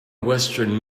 western